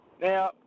Now